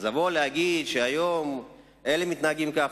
אז לבוא להגיד שהיום אלה מתנהגים ככה,